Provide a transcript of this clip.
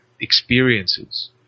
experiences